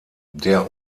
der